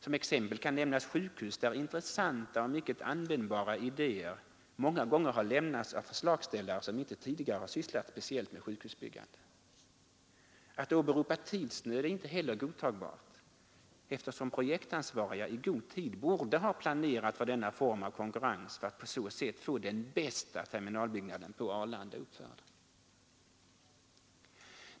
Som exempel kan nämnas sjukhusbyggen, där intressanta och mycket användbara idéer många gånger har lämnats av förslagsställare som inte tidigare har sysslat speciellt med sjukhusbyggande. Att åberopa tidsnöd är inte heller godtagbart, eftersom projektansvariga i god tid borde ha planerat för denna form av konkurrens för att på så sätt få den bästa terminalbyggnaden på Arlanda uppförd.